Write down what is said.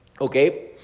okay